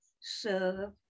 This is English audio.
serve